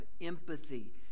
empathy